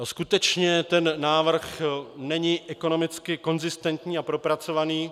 Skutečně ten návrh není ekonomicky konzistentní a propracovaný.